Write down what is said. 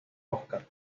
óscar